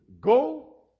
Go